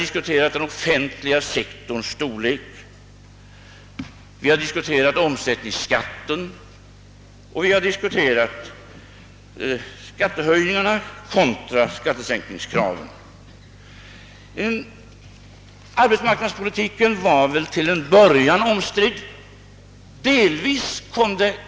diskuterat den offentliga sektorns storlek, omsättningsskatten och skattehöjningarna kontra skattesänkningskraven. Arbetsmarknadspolitiken var väl också omstridd till en början.